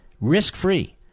Risk-free